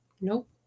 Nope